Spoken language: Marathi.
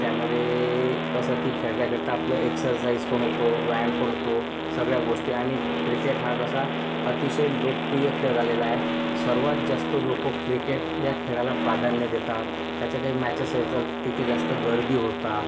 त्यामध्ये कसं की खेळता खेळता आपलं एक्सरसाईज पण होतो व्यायाम पण होतो सगळ्या गोष्टी आणि क्रिकेट हा कसा अतिशय लोकप्रिय खेळ झालेला आहे सर्वात जास्त लोकं क्रिकेट ह्या खेळाला प्राधान्य देतात त्याच्या काही मॅचेस असेल तिथे जास्त गर्दी होतात